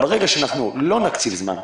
פעולות אבל ברגע שאנחנו לא נקציב זמן,